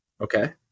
Okay